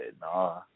nah